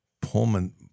Pullman